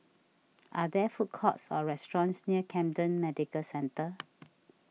are there food courts or restaurants near Camden Medical Centre